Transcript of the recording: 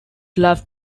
love